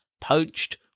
poached